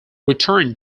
returned